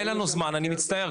אין לנו זמן אני מצטער,